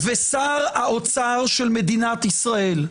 ושר האוצר של מדינת ישראל,